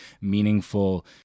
meaningful